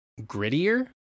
grittier